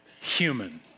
human